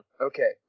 Okay